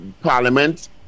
Parliament